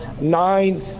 nine